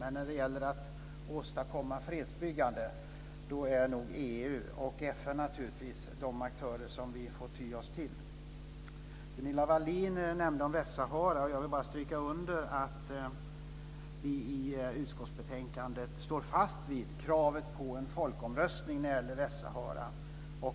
Men när det gäller att åstadkomma fredsbyggande är nog EU, och FN naturligtvis, de aktörer vi får ty oss till. Gunilla Wahlén nämnde Västsahara. Jag vill bara stryka under att vi i utskottsbetänkandet står fast vid kravet på en folkomröstning när det gäller Västsahara.